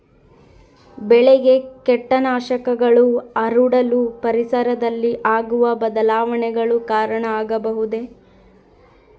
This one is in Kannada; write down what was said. ಬೆಳೆಗೆ ಕೇಟನಾಶಕಗಳು ಹರಡಲು ಪರಿಸರದಲ್ಲಿ ಆಗುವ ಬದಲಾವಣೆಗಳು ಕಾರಣ ಆಗಬಹುದೇ?